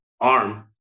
arm